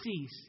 cease